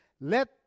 Let